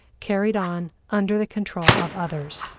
carried on under the control of others.